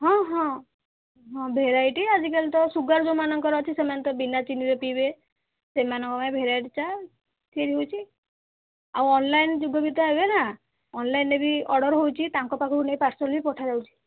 ହଁ ହଁ ହଁ ଭେରାଇଟି ଆଜିକାଲି ତ ସୁଗାର ଯୋଉମାନଙ୍କର ଅଛି ସେମାନେ ତ ବିନା ଚିନିରେ ପିଇବେ ସେମାନଙ୍କ ପାଇଁ ଭେରାଇଟି ଚା' ତିଆରି ହେଉଛି ଆଉ ଅନ୍ଲାଇନ୍ ଯୁଗ ବି ତ ହେଲାନା ଅନ୍ଲାଇନ୍ରେ ବି ଅର୍ଡ଼ର ହେଉଛି ତାଙ୍କ ପାଖକୁ ନେଇ ପାର୍ସଲ ବି ପଠାଯାଉଛି